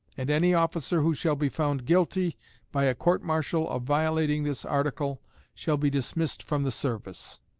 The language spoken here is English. and any officer who shall be found guilty by a court-martial of violating this article shall be dismissed from the service.